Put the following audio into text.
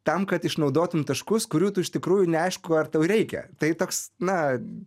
tam kad išnaudotum taškus kurių tu iš tikrųjų neaišku ar tau reikia tai toks na